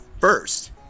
first